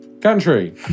Country